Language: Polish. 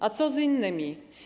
A co z innymi?